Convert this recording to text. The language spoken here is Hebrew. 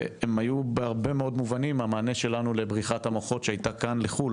והם היו בהרבה מאוד מובנים המענה שלנו לבריחת המוחות שהייתה כאן לחו"ל